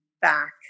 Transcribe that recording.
back